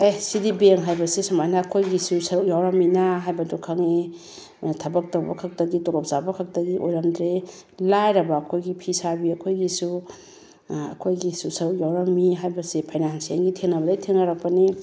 ꯑꯦ ꯁꯤꯗꯤ ꯕꯦꯡꯛ ꯍꯥꯏꯕꯁꯦ ꯁꯨꯃꯥꯏꯅ ꯑꯩꯈꯣꯏꯒꯤꯁꯨ ꯁꯔꯨꯛ ꯌꯥꯎꯔꯝꯃꯤꯅꯥ ꯍꯥꯏꯕꯗꯣ ꯈꯪꯉꯛꯑꯦ ꯑꯗꯨꯅ ꯊꯕꯛ ꯇꯧꯕꯈꯛꯇꯒꯤ ꯇꯣꯂꯣꯞ ꯆꯥꯕ ꯈꯛꯇꯒꯤ ꯑꯣꯏꯔꯝꯗ꯭ꯔꯦ ꯂꯥꯏꯔꯕ ꯑꯩꯈꯣꯏꯒꯤ ꯐꯤꯁꯥꯕꯤ ꯑꯩꯈꯣꯏꯒꯤꯁꯨ ꯑꯩꯈꯣꯏꯒꯤꯁꯨ ꯁꯔꯨꯛ ꯌꯥꯎꯔꯝꯃꯤ ꯍꯥꯏꯕꯁꯦ ꯐꯥꯏꯅꯥꯟꯁꯤꯑꯦꯜꯒꯤ ꯊꯦꯡꯅꯕꯗꯒꯤ ꯊꯦꯡꯅꯔꯛꯄꯅꯤ